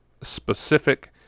specific